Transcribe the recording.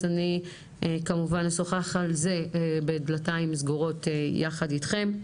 אז אני כמובן אשוחח על זה בדלתיים סגורות יחד אתכם.